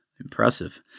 Impressive